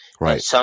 Right